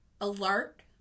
alert